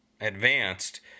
advanced